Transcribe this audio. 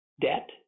debt